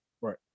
Right